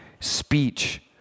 speech